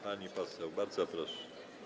Pani poseł, bardzo proszę.